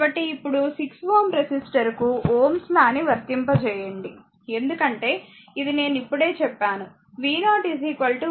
కాబట్టి ఇప్పుడు 6Ω రెసిస్టర్కు Ω' లా ని వర్తింపజేయండి ఎందుకంటే ఇది నేను ఇప్పుడే చెప్పాను